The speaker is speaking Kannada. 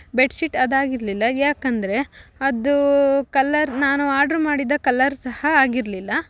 ಬೆಡ್ಶೀಟ್ ಅದಾಗಿರಲಿಲ್ಲ ಯಾಕಂದರೆ ಅದು ಕಲ್ಲರ್ ನಾನು ಆರ್ಡ್ರು ಮಾಡಿದ ಕಲ್ಲರ್ ಸಹ ಆಗಿರಲಿಲ್ಲ